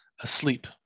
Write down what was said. asleep